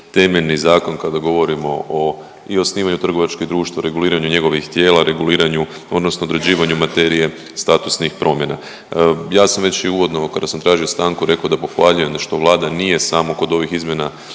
temeljni zakon kada govorimo o i osnivanju trgovačkih društva, reguliranju njegovih tijela, reguliranju, odnosno određivanju materije statusnih promjena. Ja sam već i uvodno kada sam tražio stanku da pohvaljujem što Vlada nije samo kod ovih izmjena